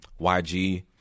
YG